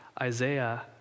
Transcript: Isaiah